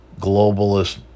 globalist